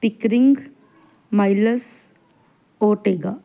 Pickering Miles Ortega